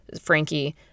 Frankie